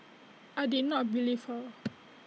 I did not believe her